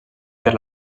per